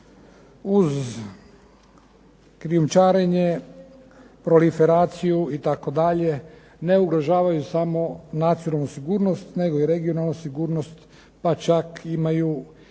uz krijumčarenje, proliferaciju itd. ne ugrožavaju samo nacionalnu sigurnost nego i regionalnu sigurnost, pa čak imaju